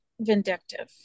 vindictive